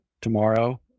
tomorrow